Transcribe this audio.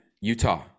Utah